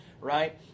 right